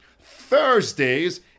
Thursdays